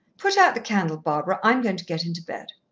put out the candle, barbara, i'm going to get into bed.